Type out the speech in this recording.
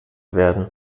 werden